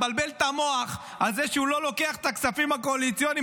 מבלבל את המוח על זה שהוא לא לוקח את הכספים הקואליציוניים,